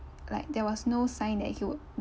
like there was no sign that he would